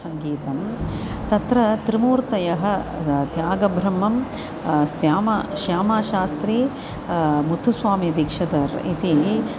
सङ्गीतं तत्र त्रिमूर्तयः त्यागब्रह्मं श्यामः श्यामशास्त्री मुत्थुस्वामी दीक्षितः इति